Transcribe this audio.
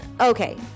okay